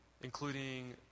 including